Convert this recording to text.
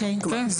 כן.